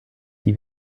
die